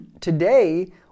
today